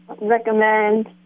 recommend